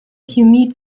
chemie